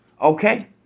Okay